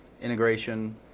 integration